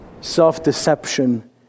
self-deception